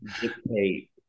dictate